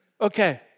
Okay